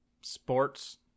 sports